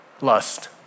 lust